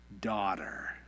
Daughter